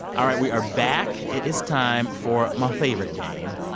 all right, we are back. it is time for my favorite game.